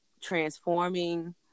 transforming